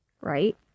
right